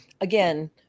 again